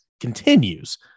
Continues